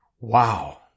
Wow